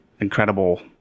incredible